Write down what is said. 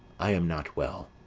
i am not well.